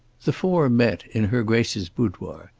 the four met in her grace's boudoir,